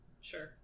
sure